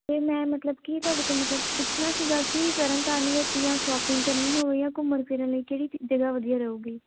ਅਤੇ ਮੈਂ ਮਤਲਬ ਕਿ ਤੁਹਾਡੇ ਤੋਂ ਮਤਲਬ ਪੁੱਛਣਾ ਸੀਗਾ ਕਿ ਤਰਨ ਤਾਰਨ ਵਿੱਚ ਜਾਂ ਸ਼ੋਪਿੰਗ ਕਰਨੀ ਹੋਵੇ ਜਾਂ ਘੁੰਮਣ ਫਿਰਨ ਲਈ ਕਿਹੜੀ ਜ ਜਗ੍ਹਾ ਵਧੀਆ ਰਹੂਗੀ